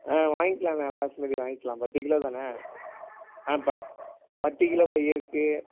ஆ வாங்கிக்கலாங்க பாஸ்மதி வாங்கிக்கலாம் பத்து கிலோ தானே பத்து பத்து கிலோ பை இருக்குது